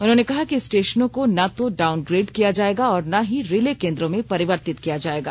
उन्होंने कहा कि स्टेशनों को न तो डाउनग्रेड किया जाएगा और न ही रिले केंद्रों में परिवर्तित किया जाएगा